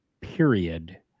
period